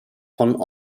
von